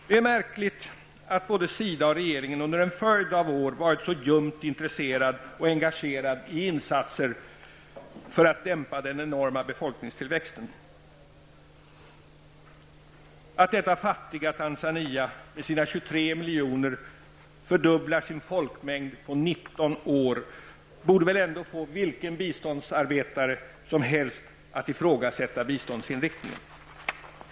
Det är märkligt att både SIDA och regeringen under en följd av år har varit så ljumt intresserade och engagerade i insatser för att dämpa den enorma befolkningstillväxten. Att detta fattiga Tanzania med sina 23 miljoner fördubblar sin folkmängd på 19 år borde väl få vilken biståndsarbetare som helst att ifrågasätta biståndsinriktningen.